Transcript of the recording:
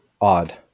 odd